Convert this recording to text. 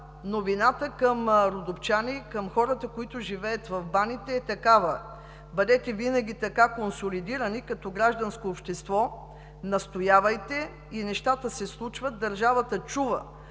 Новината към родопчани и към хората, които живеят в Баните, е такава: бъдете винаги така консолидирани като гражданско общество, настоявайте, и нещата се случват. Държавата чува,